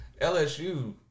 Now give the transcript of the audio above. LSU